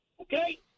Okay